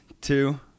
two